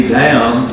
down